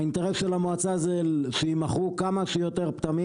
האינטרס של המועצה היא שיימכרו כמה שיותר פטמים